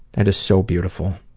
and is so beautiful